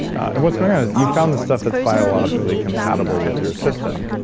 and what's going on is you found the stuff that's biologically compatible with your system,